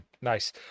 Nice